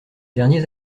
derniers